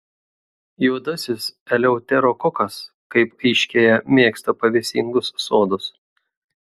juodasis eleuterokokas kaip aiškėja mėgsta pavėsingus sodus